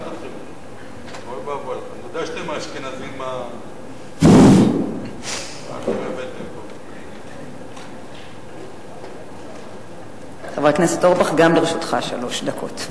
חבר הכנסת אורבך, גם לרשותך שלוש דקות.